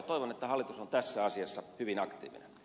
toivon että hallitus on tässä asiassa hyvin aktiivinen